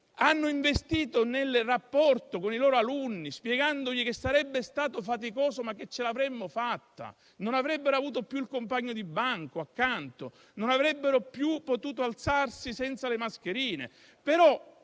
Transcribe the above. hanno investito nel rapporto con i loro alunni spiegando che sarebbe stato faticoso ma che ce l'avremmo fatta, che non avrebbero avuto più il compagno di banco accanto e non avrebbero più potuto alzarsi senza le mascherine.